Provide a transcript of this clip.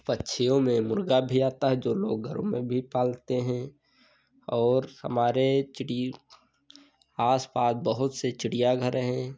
पक्षियों में मुर्गा भी आता है जो लोग घरों में भी पालते हैं और हमारे चिड़ि आसपास बहुत से चिड़ियाघर हैं